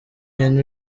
henry